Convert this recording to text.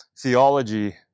theology